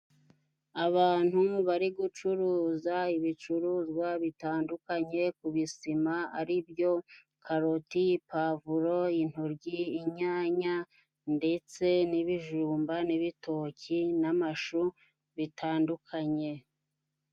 Abantu bari gucuruza ibicuruzwa bitandukanye ku bisima, ari byo : karoti, pavuro, intoryi, inyanya, ndetse n'ibijumba, n'ibitoki, n'amashu bitandukanye.